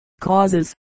causes